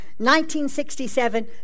1967